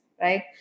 right